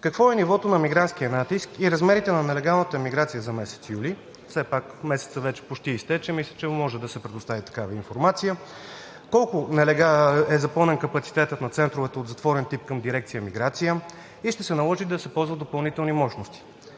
Какво е нивото на мигрантския натиск и размерите на нелегалната миграция за месец юли – все пак месецът вече почти изтече, мисля, че може да се предостави такава информация? Колко е запълнен капацитетът на центровете от затворен тип към дирекция „Миграция“ и ще се наложи ли да се ползват допълнителни мощности?